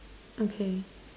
okay